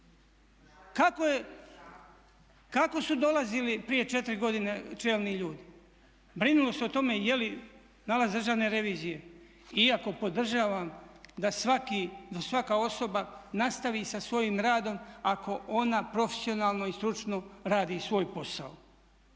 Kako su dolazili prije 4 godine čelni ljudi? Brinulo se o tome je li nalaz državne revizije? Iako podržavam da svaka osoba nastavi sa svojim radom ako ona profesionalno i stručno radi svoj posao.